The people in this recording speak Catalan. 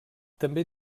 també